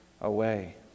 away